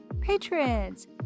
patrons